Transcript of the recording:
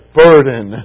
burden